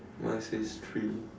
mine says three